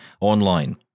online